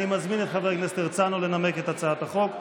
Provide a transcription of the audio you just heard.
אני מזמין את חבר הכנסת הרצנו לנמק את הצעת החוק.